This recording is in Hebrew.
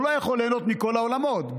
הוא לא יכול ליהנות מכל העולמות,